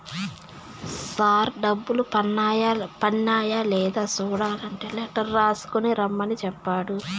sir డబ్బులు పన్నాయ లేదా సూడలంటే లెటర్ రాసుకు రమ్మని సెప్పాడు